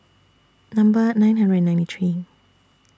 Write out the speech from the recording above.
Number nine hundred and ninety three